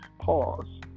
Pause